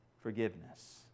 forgiveness